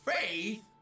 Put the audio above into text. Faith